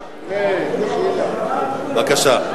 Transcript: בבקשה.